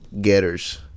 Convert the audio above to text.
getters